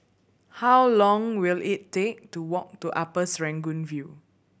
how long will it take to walk to Upper Serangoon View